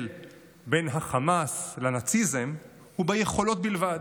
בין חמאס לנאציזם הוא ביכולות בלבד,